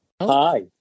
Hi